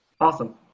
awesome